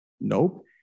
Nope